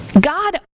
God